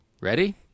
ready